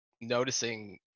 noticing